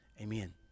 amen